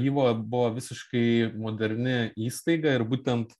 yvo buvo visiškai moderni įstaiga ir būtent